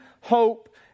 hope